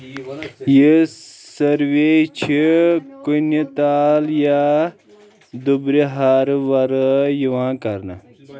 یہِ سروے چھِ کُنہِ تال یا دُبرِہارٟ ورٲے یِوان کرنہٕ